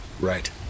Right